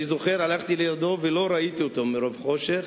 אני זוכר שהלכתי לידו ולא ראיתי אותו מרוב חושך,